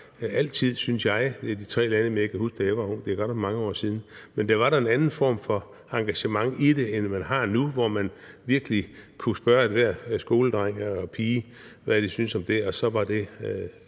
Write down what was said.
før, synes jeg, de tre lande imellem. Jeg kan huske, da jeg var ung – det er godt nok mange år siden – var der en anden form for engagement i det, end man har nu, hvor man virkelig kunne spørge enhver skoledreng og -pige, hvad de syntes om det, og det var så